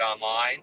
online